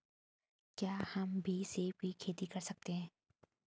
क्या हम भी सीप की खेती कर सकते हैं?